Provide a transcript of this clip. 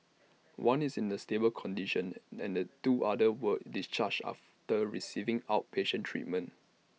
one is in A stable condition and two others were discharged after receiving outpatient treatment